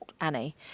Annie